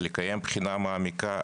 לקיים בחינה מעמיקה,